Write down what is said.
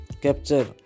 capture